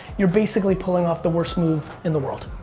you're basically pulling off the worst move in the world.